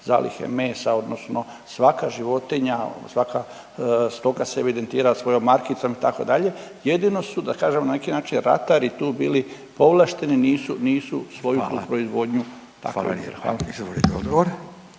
zalihe mesa odnosno svaka životinja svaka stoka se evidentira svojom markicom itd., jedino su da kažem na neki način ratari tu bili povlašteni nisu svoju …/Govornici govore u isto vrijeme./…